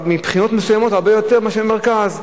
מבחינות מסוימות, הרבה יותר מאשר במרכז.